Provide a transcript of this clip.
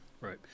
Right